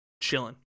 chilling